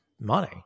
money